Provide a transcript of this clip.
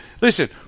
listen